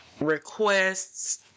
requests